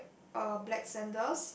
a black sandals